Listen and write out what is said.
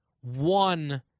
One